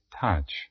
touch